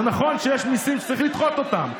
זה נכון שיש מיסים שצריך לדחות אותם,